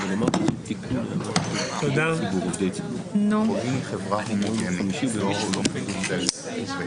התכנון, ואני מקווה שנעמוד בו.